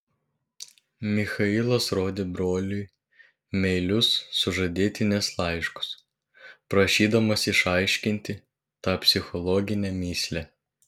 michailas rodė broliui meilius sužadėtinės laiškus prašydamas išaiškinti tą psichologinę mįslę